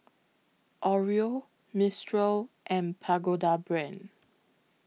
Oreo Mistral and Pagoda Brand